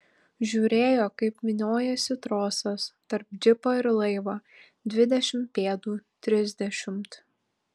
žiūrėjo kaip vyniojasi trosas tarp džipo ir laivo dvidešimt pėdų trisdešimt